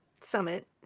Summit